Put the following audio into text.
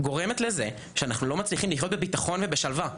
גורמת לזה שאנחנו לא מצליחים לחיות בביטחון ובשלווה,